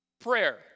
Prayer